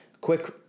Quick